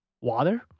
water